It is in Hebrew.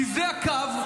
כי זה הקו,